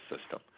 system